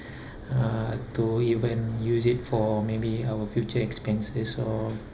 uh to even use it for maybe our future expenses or